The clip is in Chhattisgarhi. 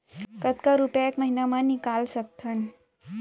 कतका रुपिया एक महीना म निकाल सकथन?